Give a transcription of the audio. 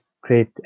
Create